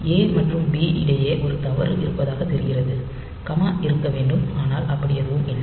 ஏ மற்றும் பி இடையே ஒரு தவறு இருப்பதாகத் தெரிகிறது கமா இருக்க வேண்டும் ஆனால் அப்படி எதுவும் இல்லை